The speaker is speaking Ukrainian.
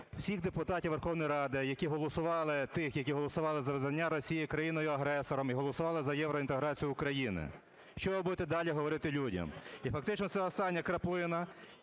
всіх депутатів Верховної Ради, тих, які голосували за визнання Росії країною-агресором і голосували за євроінтеграцію України. Що ви будете далі говорити людям? І фактично це остання краплина,